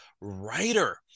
writer